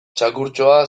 txakurtxoa